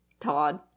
Todd